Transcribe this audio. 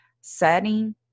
setting